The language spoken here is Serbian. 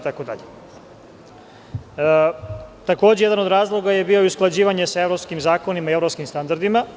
Takođe, jedan od razloga je bio i usklađivanje sa evropskim zakonima i sa evropskim standardima.